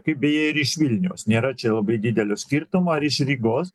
kaip beje ir iš vilniaus nėra čia labai didelio skirtumo ar iš rygos